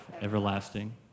everlasting